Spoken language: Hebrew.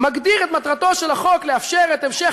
מגדיר את מטרתו של החוק: לאפשר את המשך